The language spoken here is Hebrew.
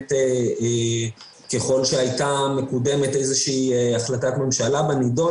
שככל שהייתה מקודמת החלטת ממשלה בנדון,